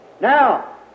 Now